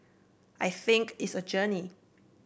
I think it's a journey